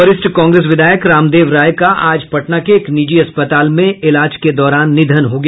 वरिष्ठ कांग्रेस विधायक रामदेव राय का आज पटना के एक निजी अस्पताल में इलाज के दौरान निधन हो गया